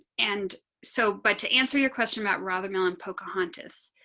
and so. but to answer your question about rather melon pocahontas.